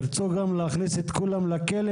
אם תרצו להכניס את כולם לכלא,